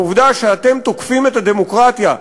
העובדה שאתם תוקפים את הדמוקרטיה,